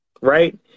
Right